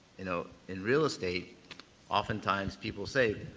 you know, in real estate oftentimes people say,